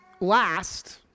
last